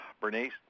Bernice